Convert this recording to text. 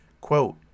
Quote